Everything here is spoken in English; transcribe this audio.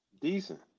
decent